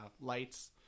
lights